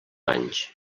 anys